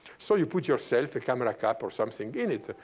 so you put yourself, the camera cap, or something in it.